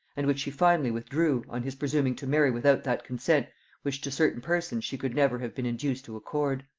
and which she finally withdrew, on his presuming to marry without that consent which to certain persons she could never have been induced to accord.